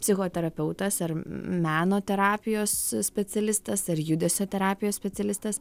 psichoterapeutas ar meno terapijos specialistas ar judesio terapijos specialistas